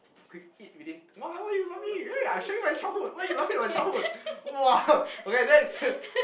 quick eat within !walao! why you laughing eh I show you my childhood why you laughing at my childhood !wah! okay that is a